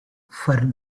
for